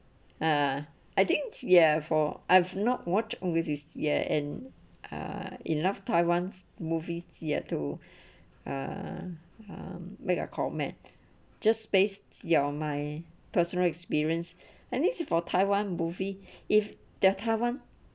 uh I think ya for I've not watched august this ya and uh enough taiwan's movies yet to uh make are comment just space you're my personal experience and links for taiwan buffet if ya taiwan